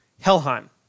Helheim